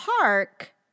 park